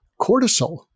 cortisol